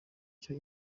cyo